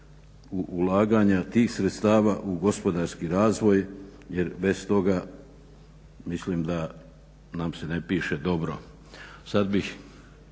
ulaganja tih sredstava u gospodarski razvoj jer bez toga mislim da nam se ne piše dobro.